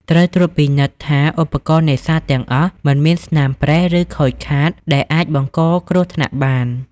ត្រូវត្រួតពិនិត្យថាឧបករណ៍នេសាទទាំងអស់ មិនមានស្នាមប្រេះ ឬខូចខាតដែលអាចបង្កគ្រោះថ្នាក់បាន។